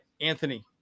Anthony